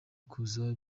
kuza